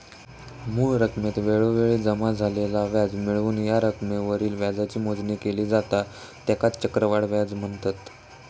मूळ रकमेत वेळोवेळी जमा झालेला व्याज मिळवून या रकमेवरील व्याजाची मोजणी केली जाता त्येकाच चक्रवाढ व्याज म्हनतत